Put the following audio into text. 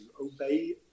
obey